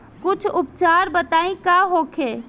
कुछ उपचार बताई का होखे?